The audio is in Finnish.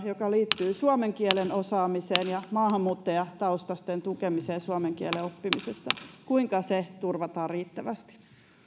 joka liittyy suomen kielen osaamiseen ja maahanmuuttajataustaisten tukemiseen suomen kielen oppimisessa kuinka se turvataan riittävästi